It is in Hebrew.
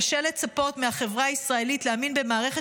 קשה לצפות מהחברה הישראלית להאמין במערכת